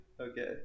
Okay